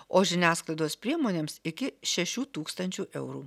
o žiniasklaidos priemonėms iki šešių tūkstančių eurų